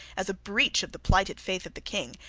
as a breach of the plighted faith of the king,